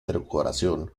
decoración